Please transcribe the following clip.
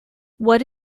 what